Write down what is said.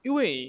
因为